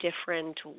different